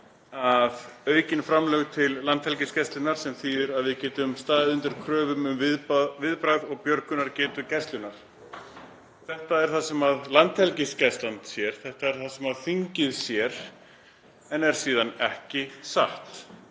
um aukin framlög til Landhelgisgæslunnar sem þýði að við getum staðið undir kröfum um viðbúnað og viðbragðs- og björgunargetu Gæslunnar. Þetta er það sem Landhelgisgæslan sér, þetta er það sem þingið sér en er síðan ekki satt.